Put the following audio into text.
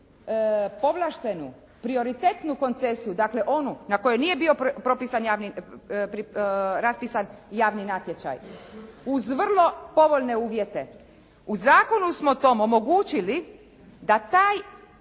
povlaštenu prioritetnu koncesiju, dakle onu na koju nije bio propisan javni, raspisan javni natječaj uz vrlo povoljne uvjete. U zakonu smo tom omogućili da taj